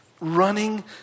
running